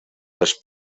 les